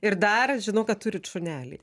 ir dar žinau kad turit šunelį